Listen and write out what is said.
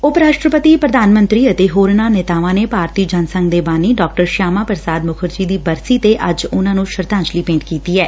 ਉਪ ਰਾਸ਼ਟਰਪਤੀ ਪ੍ਰਧਾਨ ਮੰਤਰੀ ਅਤੇ ਹੋਰਨਾਂ ਨੇਤਾਵਾਂ ਨੇ ਭਾਰਤੀ ਜਨਸੰਘ ਦੇ ਬਾਨੀ ਡਾਕਟਰ ਸ਼ਿਆਮਾ ਪ੍ਰਸਾਦ ਮੁੱਖਰਜੀ ਦੀ ਬਰਸੀ ਤੇ ਉਨਾ ਨੂੰ ਸ਼ਰਧਾਜਲੀ ਭੇਟ ਕੀਡੀ ਐ